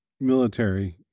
Military